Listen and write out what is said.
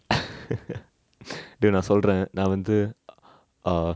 dey நா சொல்ர நா வந்து:na solra na vanthu uh